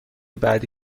بعدی